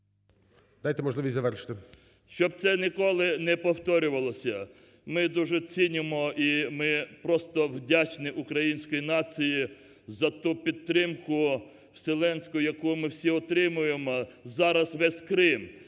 Дайте можливість завершити. ЧУБАРОВ Р.А. …щоб це ніколи не повторювалось. Ми дуже цінимо і ми просто вдячні українській нації за ту підтримку вселенську, яку ми всі отримуємо. Зараз весь Крим